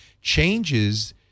changes